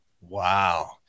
Wow